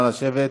נא לשבת.